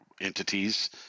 entities